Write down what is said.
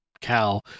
cow